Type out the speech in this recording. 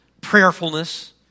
prayerfulness